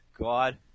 god